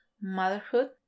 motherhood